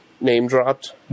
name-dropped